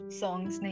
songs